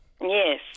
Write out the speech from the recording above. Yes